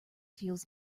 feels